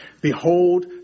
Behold